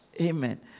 Amen